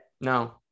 No